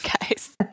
guys